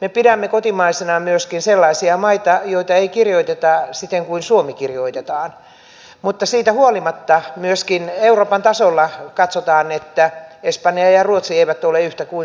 me pidämme kotimaisina myöskin sellaisia maita joita ei kirjoiteta siten kuin suomi kirjoitetaan mutta siitä huolimatta myöskin euroopan tasolla katsotaan että espanja ja ruotsi eivät ole yhtä kuin suomi